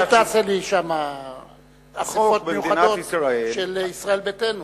אל תעשה לי שם אספות מיוחדות של ישראל ביתנו.